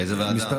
איזו ועדה?